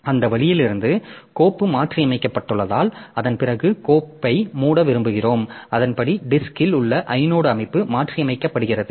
எனவே அந்த வழியிலிருந்து கோப்பு மாற்றியமைக்கப்பட்டுள்ளதால் அதன் பிறகு கோப்பை மூட விரும்புகிறோம் அதன்படி டிஸ்க்ல் உள்ள ஐனோட் அமைப்பு மாற்றியமைக்கப்படுகிறது